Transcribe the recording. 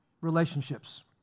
relationships